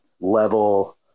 level